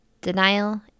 Denial